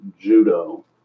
judo